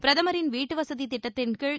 பிரதமரின் வீட்டு வசதி திட்டத்தின்கீழ்